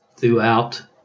throughout